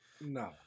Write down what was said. no